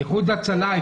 כן, איחוד הצלה.